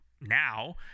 now